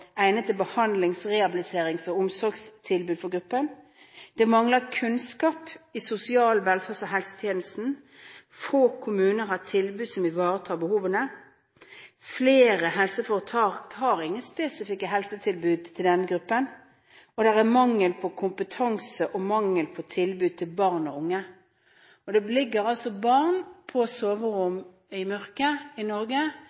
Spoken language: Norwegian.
egnede behandlings-, rehabiliterings- og omsorgstilbud for gruppen, det mangler kunnskap i sosial-, velferds- og helsetjenesten, få kommuner har tilbud som ivaretar behovene, flere helseforetak har ingen spesifikke helsetilbud til denne gruppen, og det er mangel på kompetanse og mangel på tilbud til barn og unge. Det ligger altså barn på